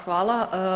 Hvala.